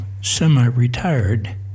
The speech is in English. semi-retired